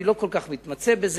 אני לא כל כך מתמצא בזה.